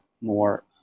more